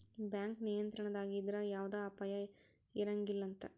bank ನಿಯಂತ್ರಣದಾಗಿದ್ರ ಯವ್ದ ಅಪಾಯಾ ಇರಂಗಿಲಂತ್